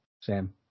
Sam